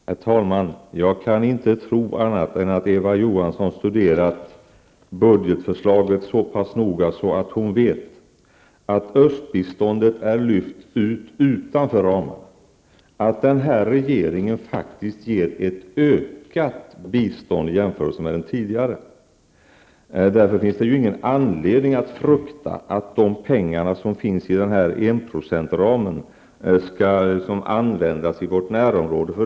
Herr talman! Jag kan inte tro annat än att Eva Johansson studerar at budgetförslaget så pass noga att hon vet östbiståndet är lyft ut ur ramarna, att den här regeringen faktiskt ger ett ökat bistånd jämfört med den tidigare. Det finns ingen anledning att frukta att de pengar som ingår i enprocentsramen skall användas i vårt närområde.